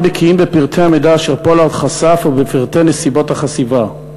הבקיאים בפרטי המידע אשר פולארד חשף ובפרטי נסיבות החשיפה.